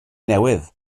newydd